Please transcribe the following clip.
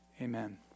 amen